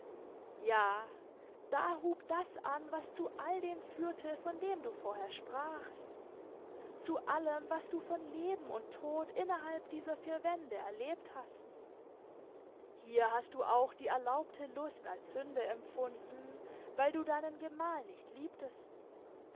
ja da hub das an was zu all dem führte von dem du vorher sprachst zu allem was du von leben und tod innerhalb dieser vier wände erlebt hast hier hast du auch die erlaubte lust als sünde empfunden weil du deinen gemahl nicht liebtest